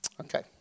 Okay